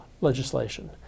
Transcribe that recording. legislation